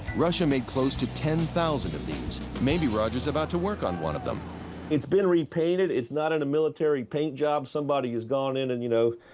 russia made close to ten thousand of these. maybe roger's about to work on one of them. roger it's been repainted. it's not in a military paint job. somebody has gone in, and, you know,